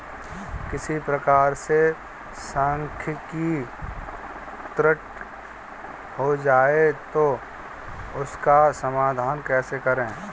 किसी प्रकार से सांख्यिकी त्रुटि हो जाए तो उसका समाधान कैसे करें?